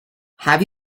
have